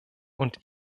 und